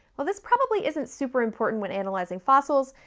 while this probably isn't super-important when analyzing fossils,